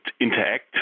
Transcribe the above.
interact